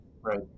Right